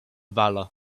valour